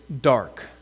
dark